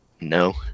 no